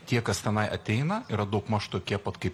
tie kas tenai ateina yra daugmaž tokie pat kaip